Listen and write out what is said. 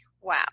wow